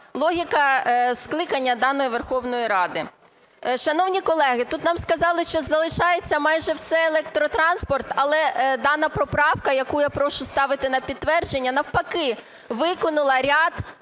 логіка скликання даної Верховної Ради. Шановні колеги, тут нам сказали, що залишається майже весь електротранспорт. Але дана поправка, яку я прошу ставити на підтвердження, навпаки, викинула ряд